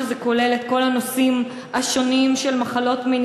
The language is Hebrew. זה כולל את כל הנושאים השונים של מחלות מין,